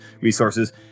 resources